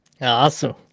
Awesome